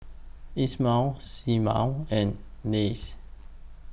Ismael Seamus and Lia